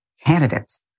candidates